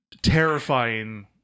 terrifying